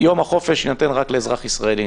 שיום החופש יינתן רק לאזרח ישראלי.